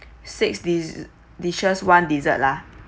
six dish dishes one dessert lah